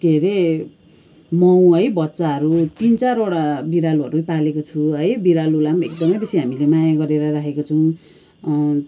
के अरे माउ है बच्चाहरू तिन चारवटा बिरालोहरू पालेको छु है बिरालोलाई पनि एकदमै बेसी हामीले माया गरेर राखेको छौँ